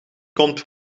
komt